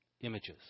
images